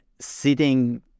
sitting